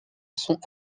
sont